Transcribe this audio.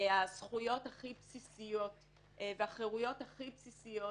הזכויות הכי בסיסיות והחירויות הכי בסיסיות